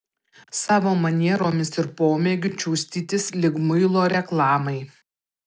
savo manieromis ir pomėgiu čiustytis lyg muilo reklamai